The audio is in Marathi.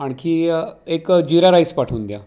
आणखी एक जीरा राईस पाठवून द्या